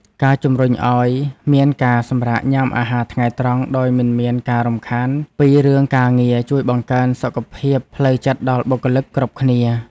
ការជំរុញឱ្យមានការសម្រាកញ៉ាំអាហារថ្ងៃត្រង់ដោយមិនមានការរំខានពីរឿងការងារជួយបង្កើនសុខភាពផ្លូវចិត្តដល់បុគ្គលិកគ្រប់គ្នា។